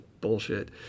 bullshit